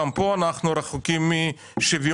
גם פה אנחנו רחוקים משוויון,